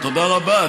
תודה רבה.